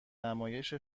نمایش